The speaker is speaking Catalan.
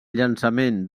llançament